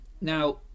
now